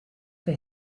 for